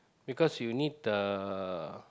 because you need the